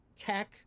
tech